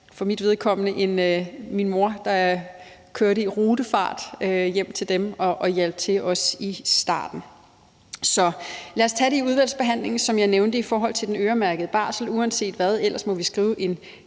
for mit vedkommende var, at have en mor, der kørte i rutefart hjem til dem og hjalp til også i starten. Så lad os tage det, som jeg nævnte i forhold til den øremærkede barsel, i udvalgsbehandlingen uanset hvad, og ellers må vi skrive en